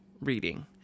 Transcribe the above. reading